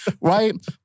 right